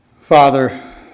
Father